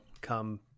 Come